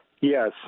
Yes